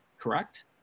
correct